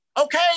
Okay